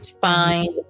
Find